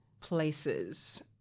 places